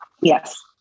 Yes